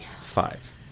Five